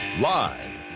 Live